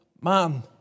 man